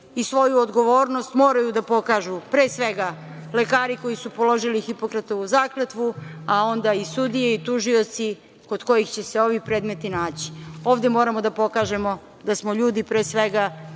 i svoju odgovornost moraju da pokažu, pre svega, lekari koji su položili Hopokratovu zakletvu, a onda sudije i tužioci kod kojih će se ovi predmeti naći. Ovde moramo da pokažemo da smo ljudi pre svega